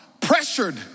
pressured